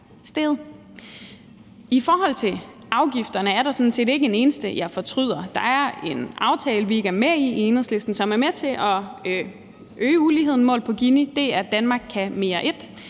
I forhold til afgifterne er der sådan set ikke en eneste, jeg fortryder. Der er en aftale, vi ikke er med i i Enhedslisten, som er med til at øge uligheden målt på Ginikoefficienten, og det er »Danmark kan mere I«.